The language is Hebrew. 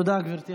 תודה, גברתי.